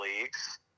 leagues